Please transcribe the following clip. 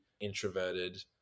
introverted